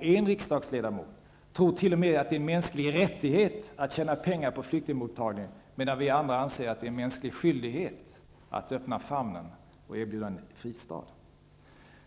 En riksdagsledamot tror t.o.m. att det är en mänsklig rättighet att tjäna pengar på flyktingmottagande, medan vi andra anser att det är en mänsklig skyldighet att öppna famnen och erbjuda en fristad.